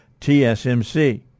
TSMC